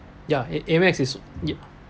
ya a~ Amex is yup